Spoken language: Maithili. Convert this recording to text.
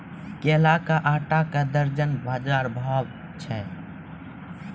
केला के आटा का दर्जन बाजार भाव छ?